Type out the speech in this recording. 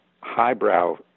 highbrow